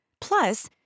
Plus